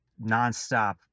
nonstop